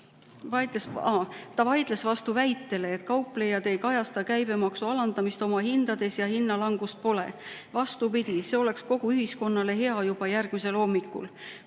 vaidleb vastu väitele, et kauplejad ei kajasta käibemaksu alandamist oma hindades ja hinnalangust pole: vastupidi, see oleks kogu ühiskonnale hea juba järgmisel hommikul,